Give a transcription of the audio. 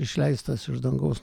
išleistas iš dangaus